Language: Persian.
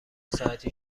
ساعتی